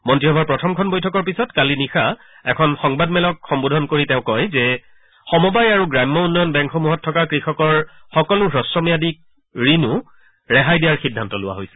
মন্ত্ৰীসভাৰ প্ৰথমখন বৈঠকৰ পিছত কালি নিশা এখন সংবাদমেল সম্বোধি তেওঁ কয় যে সমবায় আৰু গ্ৰাম্য উন্নয়ন বেংকসমূহত থকা কৃষকৰ সকলো হ্ৰস্বম্যাদী ঋণো ৰেহাই দিয়াৰ সিদ্ধান্ত লোৱা হৈছে